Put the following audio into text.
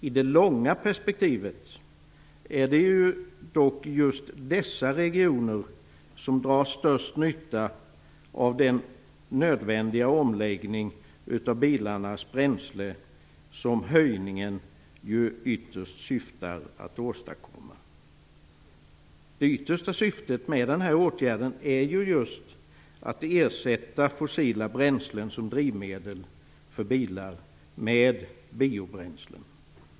I det långa perspektivet är det dock just dessa regioner som drar störst nytta av den nödvändiga omläggning av bilarnas bränsle som höjningen ytterst syftar att åstadkomma. Det främsta syftet med åtgärden är ju att ersätta fossila bränslen som drivmedel för bilar med biobränslen.